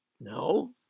No